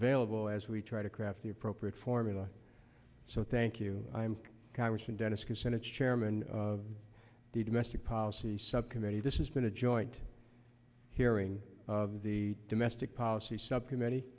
available as we try to craft the appropriate formula so thank you i'm congressman dennis kucinich chairman of the domestic policy subcommittee this has been a joint hearing of the domestic policy subcommittee